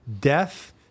Death